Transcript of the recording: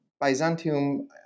Byzantium